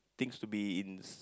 things to be in